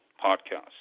podcasts